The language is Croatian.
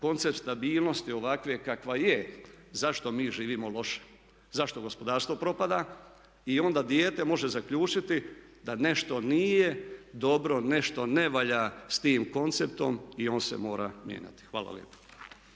koncept stabilnosti ovakve kakva je zašto mi živimo loše, zašto gospodarstvo propada? I onda dijete može zaključiti da nešto nije dobro, nešto ne valja s tim konceptom i on se mora mijenjati. Hvala lijepa.